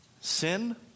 sin